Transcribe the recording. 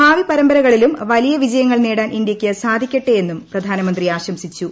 ഭാവി പരമ്പരകളിലും വലിയ വിജയങ്ങൾ നേടാൻ ഇന്ത്യയ്ക്ക് സാധിക്കട്ടെയെന്നും പ്രധാനമന്ത്രി ആശംസിച്ചു